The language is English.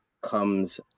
comes